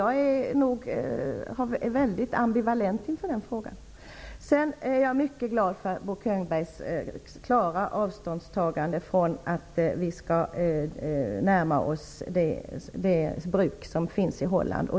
Jag är nog väldigt ambivalent i den frågan. Sedan är jag mycket glad över Bo Könbergs klara avståndstagande i fråga om ett närmande till det bruk som finns i Holland.